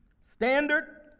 Standard